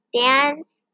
dance